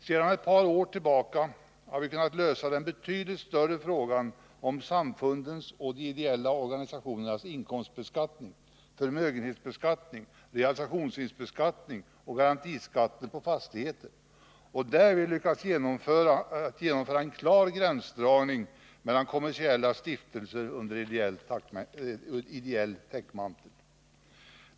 Sedan ett par år tillbaka har vi kunnat lösa den betydligt större frågan om samfundens och de ideella organisationernas inkomstbeskattning, förmögenhetsbeskattning, realisationsvinstbeskattning och garantiskatten på fastigheter — och därvid lyckats att genomföra en klar gränsdragning mot kommersiella stiftelser under ideell täckmantel.